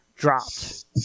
dropped